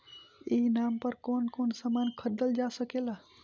ई नाम पर कौन कौन समान खरीदल जा सकेला?